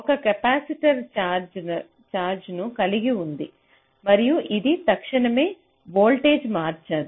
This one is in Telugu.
ఒక కెపాసిటర్ ఛార్జ్ను కలిగి ఉంది మరియు అది తక్షణమే వోల్టేజ్ను మార్చదు